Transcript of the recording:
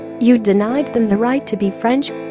you denied them the right to be french?